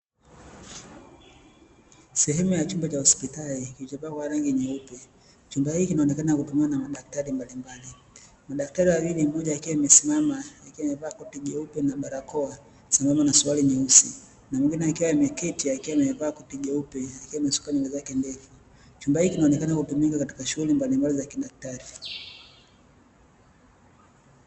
Sehemu ya chumba cha hospitali kilichopakwa rangi nyeupe. Chumba hiki kinaonekana kutumiwa na madaktari mbalimbali. Madaktari wawili; mmoja akiwa amesimama akiwa amevaa koti jeupe na barakoa sambamba na suruali nyeusi na mwingine akiwa ameketi akiwa amevaa koti jeupe akiwa amesuka nywele zake ndefu. Chumba hiki kinaonekana hutumika kwa shughuli mbalimbali za kidaktari.